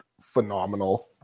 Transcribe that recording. phenomenal